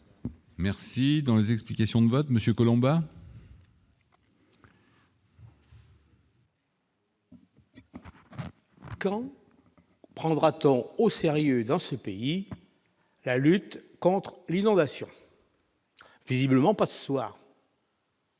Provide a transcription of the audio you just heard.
Merci dans les explications de vote Monsieur Collombat. Quand prendra-t-on au sérieux dans ce pays, la lutte contre l'inondation. Visiblement pas ce soir.